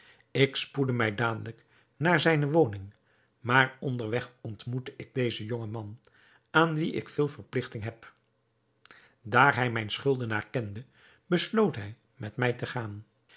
ik spoedde mij dadelijk naar zijne woning maar onderweg ontmoette ik dezen jongen man aan wien ik veel verpligting heb daar hij mijn schuldenaar kende besloot hij met mij te gaan